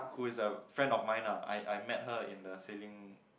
who is the friend of mine lah I I met her in the sailing